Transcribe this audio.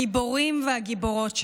הגיבורים והגיבורות שלנו.